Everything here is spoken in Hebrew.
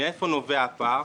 מאיפה נובע הפער?